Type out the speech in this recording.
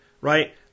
Right